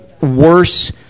worse